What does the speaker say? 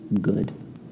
good